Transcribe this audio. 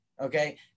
Okay